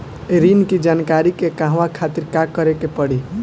ऋण की जानकारी के कहवा खातिर का करे के पड़ी?